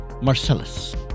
Marcellus